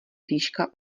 výška